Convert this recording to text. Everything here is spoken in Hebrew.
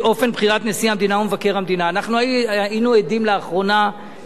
אנחנו היינו עדים לאחרונה לאופן בחירת מבקר המדינה,